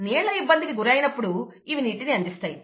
నీళ్ల ఇబ్బందికి గురైనప్పుడు ఇవి నీటిని అందిస్తాయి